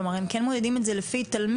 כלומר הם כן מודדים את זה לפי תלמיד.